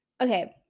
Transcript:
okay